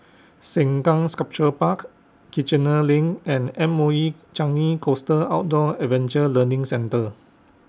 Sengkang Sculpture Park Kiichener LINK and M O E Changi Coast Outdoor Adventure Learning Centre